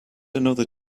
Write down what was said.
another